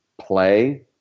play